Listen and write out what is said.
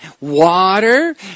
water